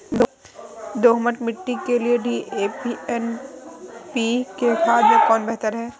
दोमट मिट्टी के लिए डी.ए.पी एवं एन.पी.के खाद में कौन बेहतर है?